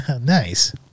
Nice